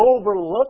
overlook